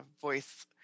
voice